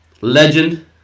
Legend